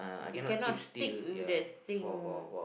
you cannot stick with that thing